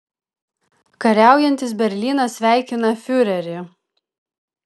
kariaujantis berlynas sveikina fiurerį